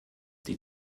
die